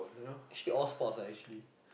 actually all sports lah actually